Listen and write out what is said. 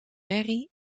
merrie